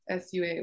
SUA